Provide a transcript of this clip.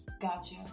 gotcha